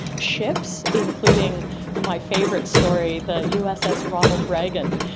ships, including my favourite story, the uss ronald reagan,